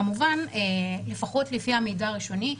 כמובן שלפחות לפי המידע הראשוני,